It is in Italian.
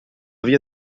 via